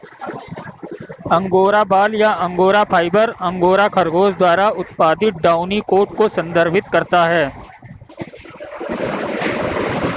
angora बाल या angora fibre, angora खरगोश द्वारा उत्पादित डाउनी कोट को संदर्भित करता है